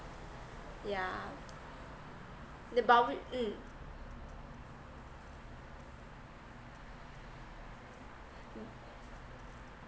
yeah the mm